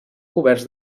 coberts